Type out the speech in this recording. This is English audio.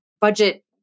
budget